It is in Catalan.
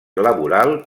laboral